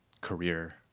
career